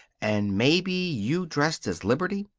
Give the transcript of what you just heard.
and maybe you dressed as liberty.